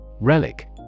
Relic